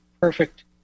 perfect